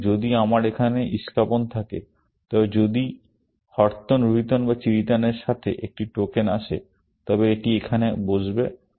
সুতরাং যদি আমার এখানে ইস্কাপন থাকে তবে যদি হরতন বা রুহিতন বা চিড়িতনের সাথে একটি টোকেন আসে তবে এটি এখানে বসবে